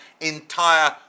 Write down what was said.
entire